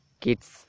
kids